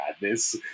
madness